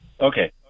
Okay